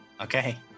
Okay